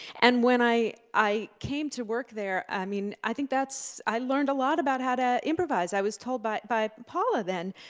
and when i i came to work there, i mean, i think that's i learned a lot about how to improvise, i was told but by paula then,